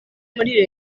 muri